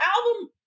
album